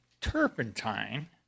turpentine